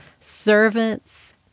servants